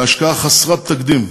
בהשקעה חסרת תקדים,